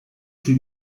sui